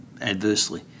adversely